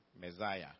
messiah